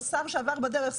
שר שעבר בדרך,